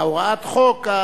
הוראת החוק,